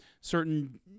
certain